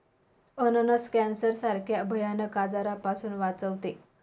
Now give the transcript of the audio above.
अननस कॅन्सर सारख्या भयानक आजारापासून वाचवते